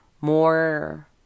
more